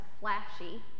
flashy